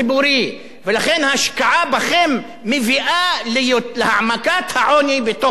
לכן השקעה בכם מביאה להעמקת העוני בתוך גבולות "הקו הירוק".